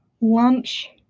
Lunch